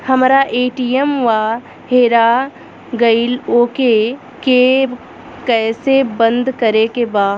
हमरा ए.टी.एम वा हेरा गइल ओ के के कैसे बंद करे के बा?